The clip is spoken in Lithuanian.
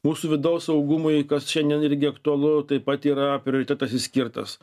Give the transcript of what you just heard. mūsų vidaus saugumui kas šiandien irgi aktualu taip pat yra prioritetas išskirtas